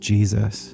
Jesus